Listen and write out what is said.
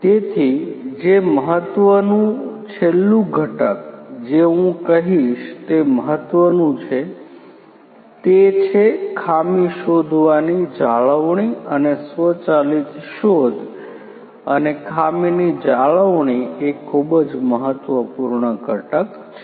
તેથી જે મહત્વનું છેલ્લું ઘટક જે હું કહીશ તે મહત્વનું છે તે છે ખામી શોધવાની જાળવણી અને સ્વચાલિત શોધ અને ખામીની જાળવણી એ ખૂબ જ મહત્વપૂર્ણ ઘટક છે